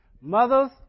Mothers